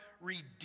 redeemed